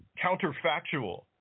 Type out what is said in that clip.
counterfactual